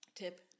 Tip